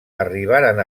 arribaren